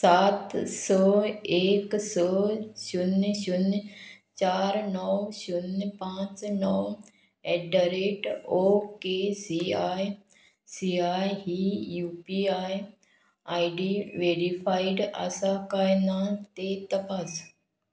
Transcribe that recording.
सात स एक स शुन्य शुन्य चार णव शुन्य पांच णव at the rate O K C I C I ही U P I I D verified आसा काय ना तें तपास